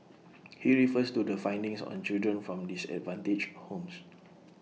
he refers to the findings on children from disadvantaged homes